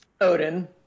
Odin